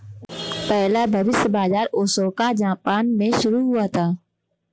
पहला भविष्य बाज़ार ओसाका जापान में शुरू हुआ था